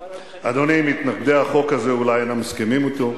אדוני, מתנגדי החוק הזה אולי אינם מסכימים אתו,